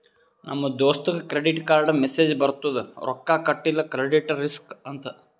ನಮ್ ದೋಸ್ತಗ್ ಕ್ರೆಡಿಟ್ ಕಾರ್ಡ್ಗ ಮೆಸ್ಸೇಜ್ ಬರ್ತುದ್ ರೊಕ್ಕಾ ಕಟಿಲ್ಲ ಕ್ರೆಡಿಟ್ ರಿಸ್ಕ್ ಅಂತ್